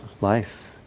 life